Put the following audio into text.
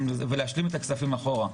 להשלים את הכספים אחורה.